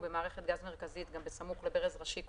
ובמערכת גז מרכזית גם בסמוך לברז ראשי קומתי,